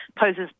poses